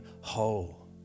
whole